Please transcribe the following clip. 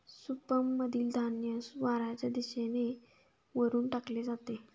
सूपमधील धान्य वाऱ्याच्या दिशेने वरून टाकले जाते